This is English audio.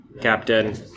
Captain